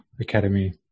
academy